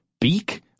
beak